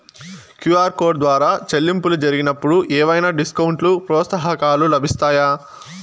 QR code ద్వారా చెల్లింపులు జరిగినప్పుడు ఏవైనా డిస్కౌంట్ లు, ప్రోత్సాహకాలు లభిస్తాయా?